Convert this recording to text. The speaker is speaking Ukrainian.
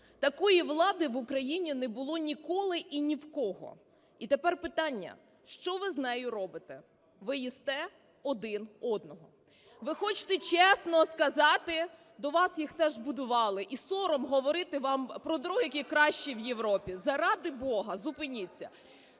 такої влади в Україні не було ніколи і ні в кого. І тепер питання: що ви з нею робите? Ви їсте один одного. Ви хочете чесно сказати… До вас їх теж будували і сором говорити вам про другий, який кращій в Європі. Заради Бога зупиніться!